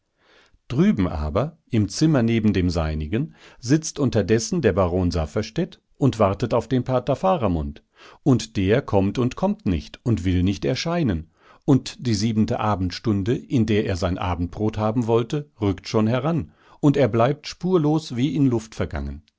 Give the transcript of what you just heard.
drüben aber im zimmer neben dem seinigen sitzt unterdessen der baron safferstätt und wartet auf den pater faramund und der kommt und kommt nicht und will nicht erscheinen und die siebente abendstunde in der er sein abendbrot haben wollte rückt schon heran und er bleibt spurlos wie in luft vergangen